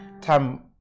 Tam